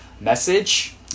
message